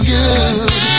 good